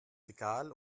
regal